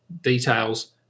details